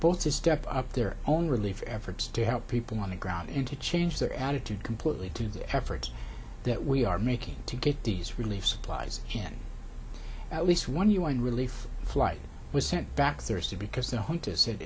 both to step up their own relief efforts to help people on the ground and to change their attitude completely to the efforts that we are making to get these relief supplies and at least one u n relief flight was sent back thursday because the h